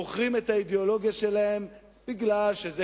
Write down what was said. מוכרים את האידיאולוגיה שלהם בגלל שזה